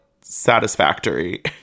satisfactory